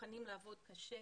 שמוכנים לעבוד קשה